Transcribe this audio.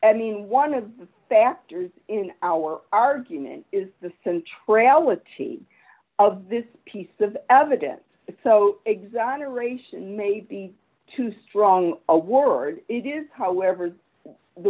i mean one of the factors in our argument is the central with of this piece of evidence so exoneration may be too strong a word it is however the